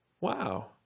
Wow